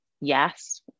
Yes